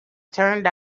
turned